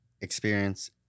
experience